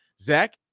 Zach